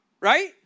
Right